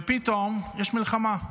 ופתאום יש מלחמה.